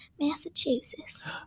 Massachusetts